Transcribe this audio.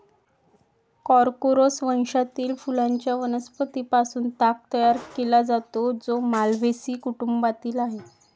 Corchorus वंशातील फुलांच्या वनस्पतीं पासून ताग तयार केला जातो, जो माल्व्हेसी कुटुंबातील आहे